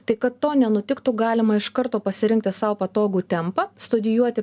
tai kad to nenutiktų galima iš karto pasirinkti sau patogų tempą studijuoti